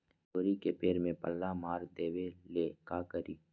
तोड़ी के पेड़ में पल्ला मार देबे ले का करी?